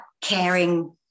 caring